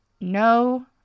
no